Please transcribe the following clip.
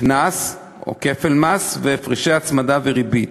קנס או כל כפל מס והפרשי הצמדה וריבית.